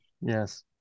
Yes